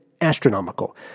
astronomical